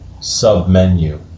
sub-menu